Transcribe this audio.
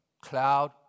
cloud